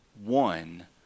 one